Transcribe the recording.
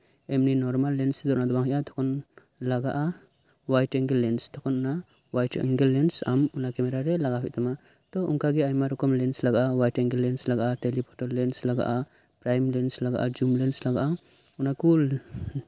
ᱮᱢᱱᱤ normal lens ᱛᱮᱫᱚ ᱚᱱᱟ ᱫᱚ ᱵᱟᱝ ᱦᱳᱭᱳᱜᱼᱟ ᱛᱚᱠᱷᱚᱱ ᱞᱟᱜᱟᱜᱼᱟ ᱦᱳᱣᱟᱭᱤᱴ ᱮᱝᱜᱮᱞ ᱞᱮᱱᱥ ᱛᱚᱠᱷᱚᱱ ᱚᱱᱟ ᱦᱚᱣᱟᱭᱤᱴ ᱮᱝᱜᱮᱞ ᱞᱮᱱᱥ ᱟᱢ ᱚᱱᱟ ᱠᱮᱢᱮᱨᱟ ᱨᱮ ᱞᱟᱜᱟᱣ ᱦᱳᱭᱳᱜ ᱛᱟᱢᱟ ᱛᱚ ᱚᱱᱠᱟ ᱜᱮ ᱟᱭᱢᱟ ᱨᱚᱠᱚᱢ ᱞᱮᱱᱥ ᱞᱟᱜᱟᱜᱼᱟ ᱦᱚᱣᱟᱭᱤᱴ ᱮᱝᱜᱮᱞ ᱞᱮᱱᱥ ᱞᱟᱜᱟᱜᱼᱟ ᱴᱮᱞᱤ ᱯᱷᱳᱴᱳᱨᱮ ᱞᱮᱱᱥ ᱞᱟᱜᱟᱜᱼᱟ ᱯᱨᱟᱭᱤᱢ ᱞᱮᱱᱥ ᱞᱟᱜᱟᱜᱼᱟ ᱡᱩᱢ ᱞᱮᱱᱥ ᱞᱟᱜᱟᱜᱼᱟ ᱚᱱᱟᱠᱚ